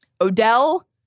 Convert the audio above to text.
Odell